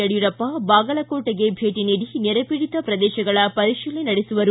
ಯಡಿಯೂರಪ್ಪ ಬಾಗಲಕೋಟೆಗೆ ಭೇಟಿ ನೀಡಿ ನೆರೆಪೀಡಿತ ಪ್ರದೇಶಗಳ ಪರಿಶೀಲನೆ ನಡೆಸುವರು